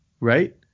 right